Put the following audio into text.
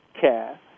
care